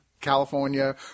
California